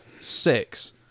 six